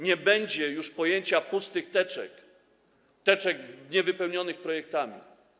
Nie będzie już pojęcia pustych teczek, teczek niewypełnionych projektami.